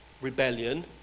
rebellion